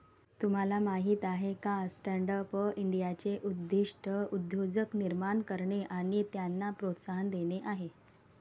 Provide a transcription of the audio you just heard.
तुम्हाला माहीत आहे का स्टँडअप इंडियाचे उद्दिष्ट उद्योजक निर्माण करणे आणि त्यांना प्रोत्साहन देणे आहे